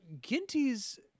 Ginty's